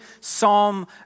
Psalm